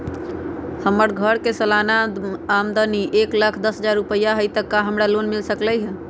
हमर घर के सालाना आमदनी एक लाख दस हजार रुपैया हाई त का हमरा लोन मिल सकलई ह?